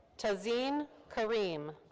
tazeen karim.